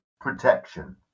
protection